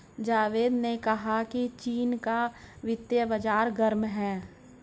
जावेद ने कहा कि चीन का वित्तीय बाजार गर्म है